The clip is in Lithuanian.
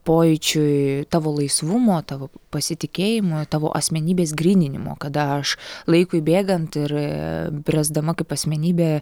pojūčiui tavo laisvumo tavo pasitikėjimo tavo asmenybės gryninimo kada aš laikui bėgant ir bręsdama kaip asmenybė